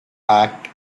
act